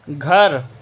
گھر